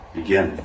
begin